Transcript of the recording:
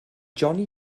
johnny